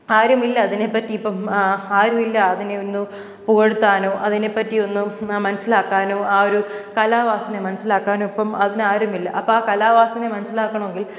ആരുമില്ല അതിനെപ്പറ്റി ഇപ്പം ആരുമില്ല അതിനെയൊന്ന് പുകഴ്ത്താനോ അതിനെപ്പറ്റി ഒന്ന് മനസ്സിലാക്കാനോ ആ ഒരു കാലാ വാസനയെ മനസ്സിലാക്കാനോ ഇപ്പം അതിന് ആരുമില്ല അപ്പം ആ കലാവാസനയെ മനസ്സിലാക്കണമെങ്കിൽ